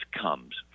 comes